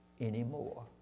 anymore